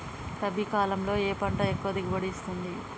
రబీ కాలంలో ఏ పంట ఎక్కువ దిగుబడి ఇస్తుంది?